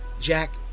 Jack